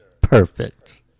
Perfect